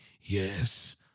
Yes